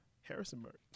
Harrisonburg